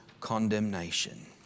condemnation